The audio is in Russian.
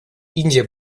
индия